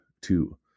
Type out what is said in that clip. Two